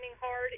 hard